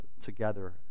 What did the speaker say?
together